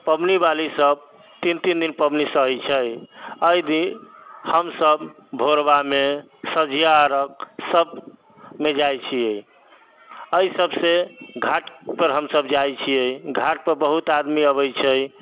पबनीवाली सब तीन तीन दिन पबनी सहै छै एहिदिन हमसब भोरबामे साँझिआ अर्घ सबमे जाइ छिए एहिसबसँ घाटपर हमसब जाइ छिए घाटपर बहुत आदमी अबै छै